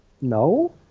No